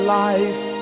life